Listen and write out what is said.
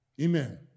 Amen